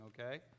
okay